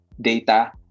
data